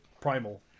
Primal